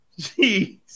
Jeez